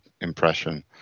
impression